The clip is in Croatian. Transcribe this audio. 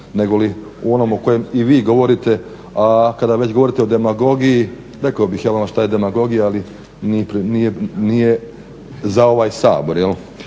negoli o onome o kojem i vi govorite. A kada već govorite o demagogiji, rekao bih ja vama šta je demagogija ali nije za ovaj Visoki dom.